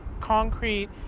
concrete